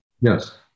Yes